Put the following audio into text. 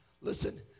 Listen